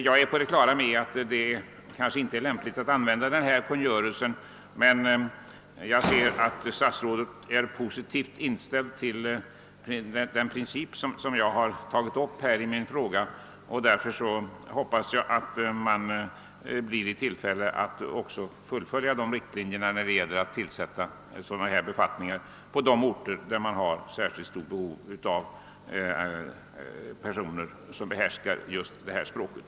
Jag är på det klara med att det kanske inte är lämpligt att använda ifrågavarande kungörelse, men jag ser att statsrådet är positivt inställd till den princip som jag har tagit upp i min fråga. Därför hoppas jag att man blir i tillfälle att fullfölja de riktlinjer vid tillsättning av sådana här befattningar på de orter där det finns särskilt stort behov av personer som behärskar just finska språket.